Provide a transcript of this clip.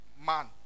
man